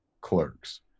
clerks